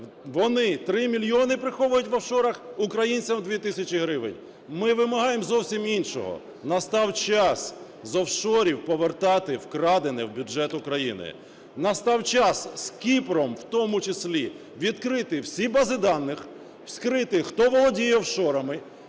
Вони 3 мільйони приховують в офшорах, українцям – 2 тисячі гривень. Ми вимагаємо зовсім іншого. Настав час з офшорів повертати вкрадене в бюджет України, настав час, з Кіпром в тому числі, відкрити всі бази даних, вскрити, хто володіє офшорами,